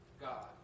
God